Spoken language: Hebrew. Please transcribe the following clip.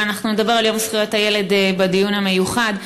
אבל אנחנו נדבר על יום זכויות הילד ביום המיוחד.